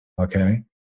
Okay